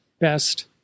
best